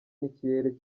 n’ikirere